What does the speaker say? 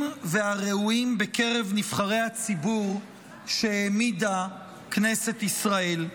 והראויים בקרב נבחרי הציבור שהעמידה כנסת ישראל.